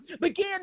Begin